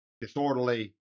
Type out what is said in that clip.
disorderly